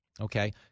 Okay